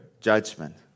judgment